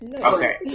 okay